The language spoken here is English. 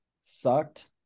sucked